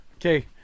Okay